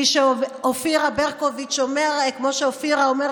כפי שאופירה מאופירה וברקוביץ' אומרת: